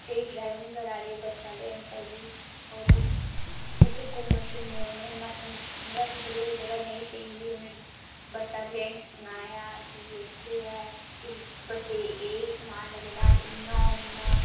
स्हेई ड्राइविंग करा दे बस्से आह्ले अंकल जी और उत्थै घुम्मे शुम्मे उ'नें असेंगी मतलब असें जेह्ड़ी जेह्ड़ी जगह् नेईं स्हेई ही उ'न्ने बस्सा आह्ले ने सनाया कि उत्थै ऐ इस बस्सै गी एह् एह् समान लगदा इ'यां होंदा